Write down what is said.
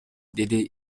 деди